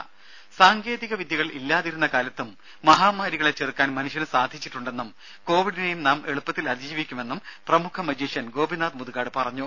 ദര സാങ്കേതിക വിദ്യകൾ ഇല്ലാതിരുന്ന കാലത്തും മഹാമാരികളെ ചെറുക്കാൻ മനുഷ്യന് സാധിച്ചിട്ടുണ്ടെന്നും കോവിഡിനെയും നാം എളുപ്പത്തിൽ അതിജീവിക്കുമെന്നും പ്രമുഖ മജീഷ്യൻ ഗോപിനാഥ് മുതുകാട് പറഞ്ഞു